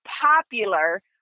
popular